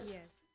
Yes